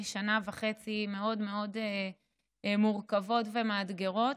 שנה וחצי מאוד מאוד מורכבות ומאתגרות.